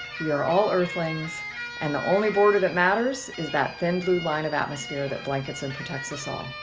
we are all earthlings and the only border that matters is that thin blue line of atmosphere that blankets and protects us all.